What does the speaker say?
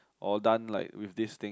or done like with this thing